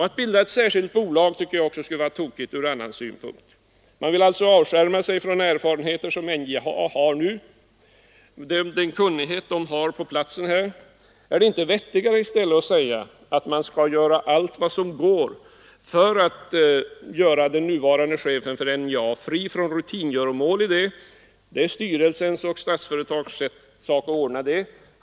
Att bilda ett särskilt bolag tycker jag skulle vara tokigt också från en annan synpunkt. Då avskärmar man sig från de erfarenheter och den kunnighet som NJA har på platsen. Är det inte vettigare att göra vad man kan för att befria den nuvarande chefen för NJA från rutingöromål? Det är styrelsens och Statsföretags sak att ordna det.